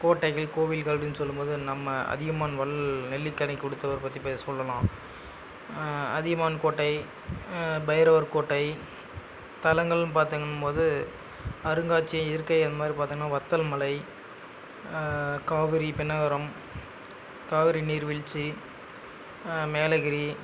கோட்டைகள் கோவில்கள் அப்படினு சொல்லும்போது நம்ம அதியமான் வள் நெல்லிக்கனி கொடுத்ததப்பற்றி பே சொல்லலாம் அதியமான் கோட்டை பைரவர் கோட்டை தளங்கள்னு பார்த்திங்கன்னு போது அருங்காட்சியக இருக்கை அந்த மாரி பார்த்திங்ன்னா வத்தல் மலை காவரி பெண்ணகரம் காவிரி நீர்வீழ்ச்சி மேலகிரி